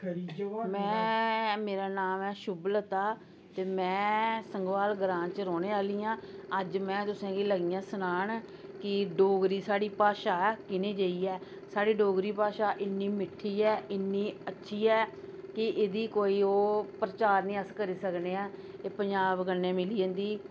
में मेरा नाम ऐ शुभलता ते में संगवाल ग्रांऽ च रौह्ने आह्ली आं अज्ज में तुसें गी लगी आं सनान की डोगरी साढ़ी भाशा कनेही जेही ऐ साढ़ी डोगरी भाशा इ'न्नी मिट्ठी ऐ इ'न्नी अच्छी ऐ की एह्दी कोई ओह् प्रचार निं अस करी सकने आं एह् पंजाब कन्नै मिली जंदी